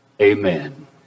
Amen